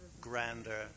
grander